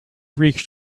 reached